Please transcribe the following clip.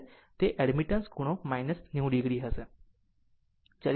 તે એડમિટન્સ ખૂણો 90 oહશે